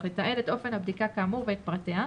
לתעד את אופן הבדיקה כאמור ואת פרטיה,